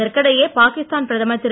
இதற்கிடையே பாகிஸ்தான் பிரதமர் திரு